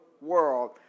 world